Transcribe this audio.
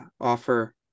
offer